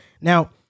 Now